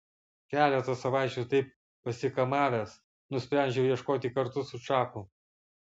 keletą savaičių taip pasikamavęs nusprendžiau ieškoti kartu su čaku